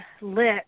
lit